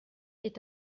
est